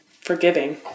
forgiving